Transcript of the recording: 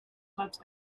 website